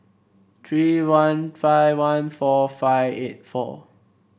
three one five one four five eight four